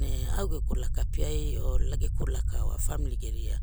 Ne au geku laka piai or geku laka oa famili geria